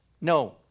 No